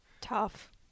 tough